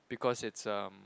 because it's erm